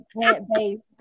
plant-based